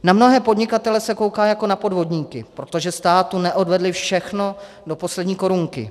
Na mnohé podnikatele se kouká jako na podvodníky, protože státu neodvedli všechno do poslední korunky.